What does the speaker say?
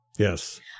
Yes